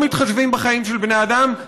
שלא מתחשבים בחיים של בני אדם,